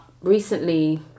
recently